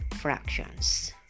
Fractions